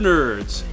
Nerds